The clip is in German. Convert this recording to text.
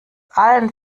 allen